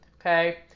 Okay